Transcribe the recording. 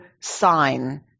sign